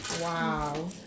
Wow